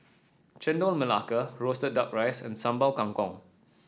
Chendol Melaka roasted duck rice and Sambal Kangkong